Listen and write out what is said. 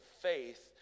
faith